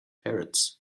parrots